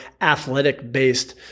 athletic-based